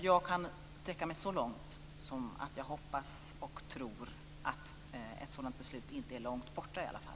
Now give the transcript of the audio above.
Jag kan sträcka mig så långt som att jag hoppas och tror att ett sådant beslut inte är långt borta i alla fall.